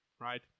Right